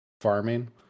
farming